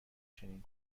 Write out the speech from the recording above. چنین